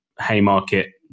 Haymarket